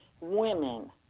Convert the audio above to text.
women